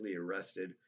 arrested